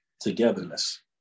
togetherness